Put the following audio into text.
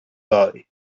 boy